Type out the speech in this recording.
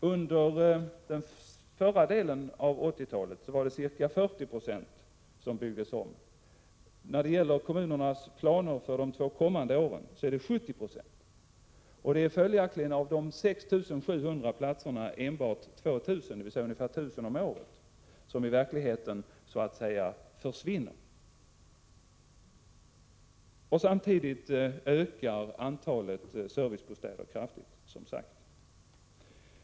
Under den förra delen av 80-talet var det ca 40 90 som byggdes om, och i kommunernas planer för de två kommande åren är det 70 96. Av de 6 700 platserna är det följaktligen enbart 2 000, dvs. ungefär 1 000 om året, som i verkligheten försvinner. Samtidigt ökar alltså antalet servicebostäder kraftigt.